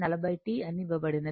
సరైనది